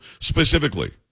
specifically